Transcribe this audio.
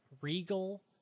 regal